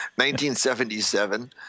1977